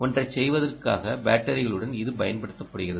ஒன்றைச் செய்வதற்காக பேட்டரிக்களுடன் இது பயன்படுத்தப்படுகிறது